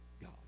God